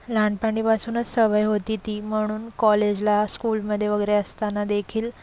लहानपणीपासूनच सवय होती ती म्हणून कॉलेजला स्कूलमध्ये वगैरे असताना देखील